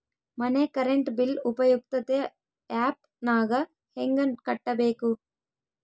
ಮನೆ current bill ಉಪಯುಕ್ತತೆ app ನಾಗ ಹೆಂಗ ಕಟ್ಟಬೇಕು?